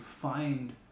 find